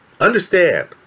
Understand